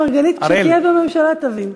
חבר הכנסת אראל מרגלית, כשתהיה בממשלה תבין.